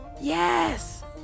yes